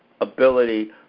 ability